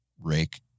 rake